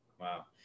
Wow